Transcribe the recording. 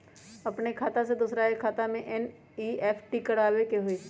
अपन खाते से दूसरा के खाता में एन.ई.एफ.टी करवावे के हई?